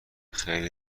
خیلی